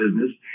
business